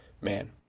man